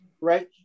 right